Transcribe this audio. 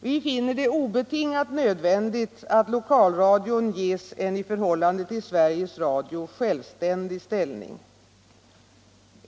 Vi finner det obetingat nödvändigt att lokalradion ges en i förhållande till Sveriges Radio självständig ställning.